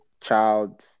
child